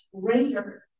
greater